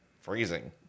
Freezing